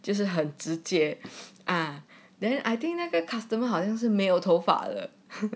就是很直接 ah then I think 那个 customer 好像是没有头发了